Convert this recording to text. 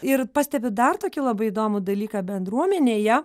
ir pastebiu dar tokį labai įdomų dalyką bendruomenėje